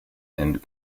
and